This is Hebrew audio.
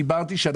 שחור.